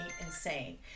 insane